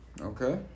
Okay